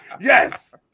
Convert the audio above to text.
Yes